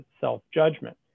self-judgment